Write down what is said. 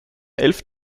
elf